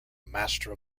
master